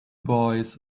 boys